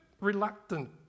reluctant